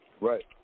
Right